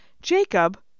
Jacob